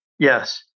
Yes